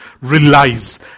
relies